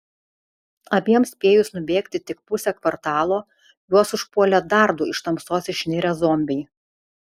abiem spėjus nubėgti tik pusę kvartalo juos užpuolė dar du iš tamsos išnirę zombiai